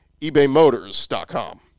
ebaymotors.com